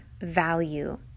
value